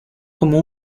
como